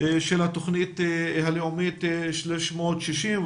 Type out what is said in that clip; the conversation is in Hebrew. של התוכנית הלאומית 360,